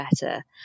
better